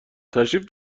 تشریف